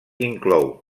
inclou